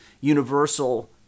universal